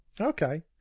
Okay